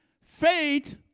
Faith